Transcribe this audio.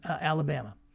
Alabama